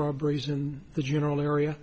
robberies in the general area